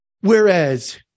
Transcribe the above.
Whereas